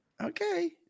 Okay